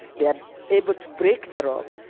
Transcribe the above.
they are able to break the rock,